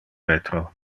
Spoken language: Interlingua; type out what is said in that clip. retro